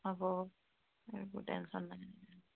হ'ব এইবোৰ টেনচন নালাগে